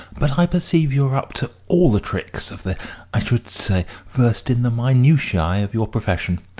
but i perceive you are up to all the tricks of the i should say, versed in the minutiae of your profession.